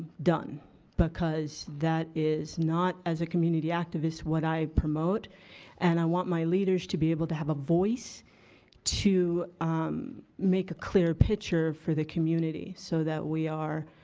done because that is not, as a community activist, what i promote and i want my leaders to be able to have a voice to make a clear picture for the community so that we are